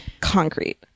concrete